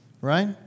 right